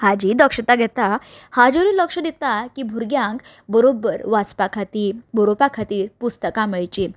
हाजीय दक्षता घेता हाजेरय लक्ष दिता की भुरग्यांक बरोबर वाचपा खातीर बरोपा खातीर पुस्तकां मेळची